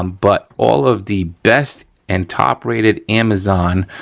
um but all of the best and top rated amazon